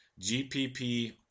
GPP